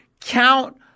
count